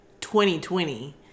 2020